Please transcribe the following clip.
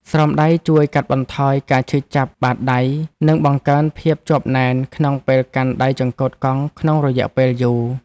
ស្រោមដៃជួយកាត់បន្ថយការឈឺចាប់បាតដៃ និងបង្កើនភាពជាប់ណែនក្នុងពេលកាន់ដៃចង្កូតកង់ក្នុងរយៈពេលយូរ។